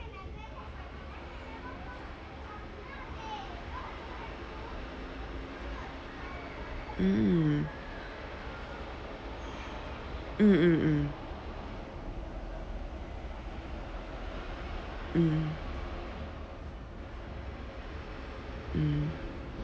mm mm mm mm mm mm